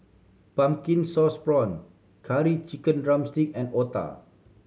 pumpkin sauce prawn Curry Chicken drumstick and otah